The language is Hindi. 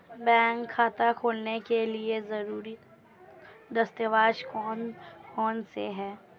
बैंक खाता खोलने के लिए ज़रूरी दस्तावेज़ कौन कौनसे हैं?